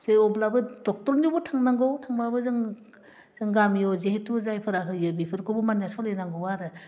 थेवब्लाबो डाक्टरनियावबो थांनांगौ थांबाबो जों जों गामि जिहेथु जायफोरा होयो बेफोरखौबो मानिनानै सलिनांगौ आरो